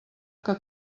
que